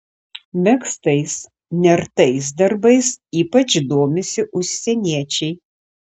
megztais nertais darbais ypač domisi užsieniečiai